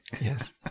Yes